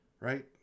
right